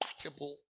compatible